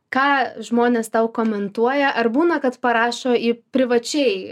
ką žmonės tau komentuoja ar būna kad parašo į privačiai